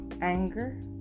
Anger